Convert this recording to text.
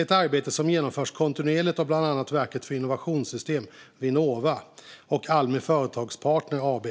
ett arbete som genomförs kontinuerligt av bland annat Verket för innovationssystem, Vinnova, och Almi Företagspartner AB.